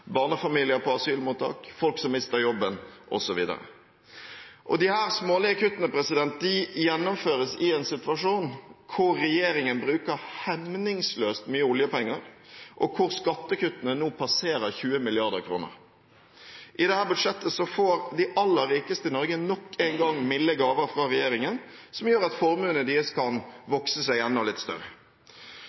barnefamilier på asylmottak, folk som mister jobben, osv. Disse smålige kuttene gjennomføres i en situasjon hvor regjeringen bruker hemningsløst mye oljepenger, og hvor skattekuttene nå passerer 20 mrd. kr. I dette budsjettet får de aller rikeste i Norge nok en gang milde gaver fra regjeringen, som gjør at formuene deres kan vokse seg enda litt større.